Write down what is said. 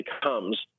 becomes